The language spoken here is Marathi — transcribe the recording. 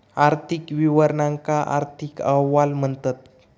आर्थिक विवरणांका आर्थिक अहवाल म्हणतत